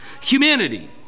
Humanity